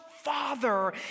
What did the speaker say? father